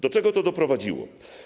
Do czego to doprowadziło?